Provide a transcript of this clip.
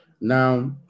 Now